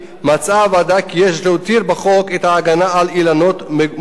מצאה הוועדה כי יש להותיר בחוק את ההגנה על אילנות מוגנים.